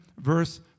verse